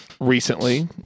recently